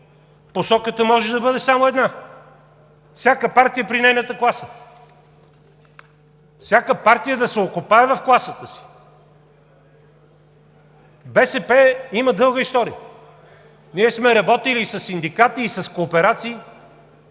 посоката може да бъде само една – всяка партия при нейната класа, всяка партия да се окопае в класата си. БСП има дълга история. Ние сме работили и със синдикати, и с кооперации,